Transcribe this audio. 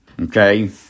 Okay